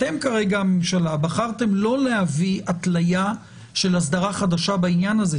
הממשלה כרגע בחרה לא להביא התליה של אסדרה חדשה בעניין הזה.